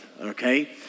okay